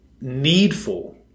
needful